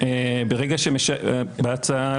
אני מקבל לפעמים שהאיזון הוא לא בין אינטרס של המדינה לזכויות.